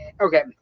okay